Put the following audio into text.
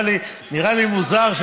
נראה לי מוזר,